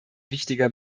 wichtiger